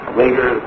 later